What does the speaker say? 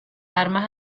armas